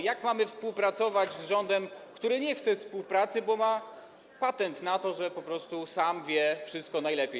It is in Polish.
Jak mamy współpracować z rządem, który nie chce współpracy, bo ma patent na to, że po prostu sam wie wszystko najlepiej?